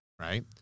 Right